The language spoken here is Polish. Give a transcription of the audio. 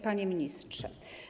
Panie Ministrze!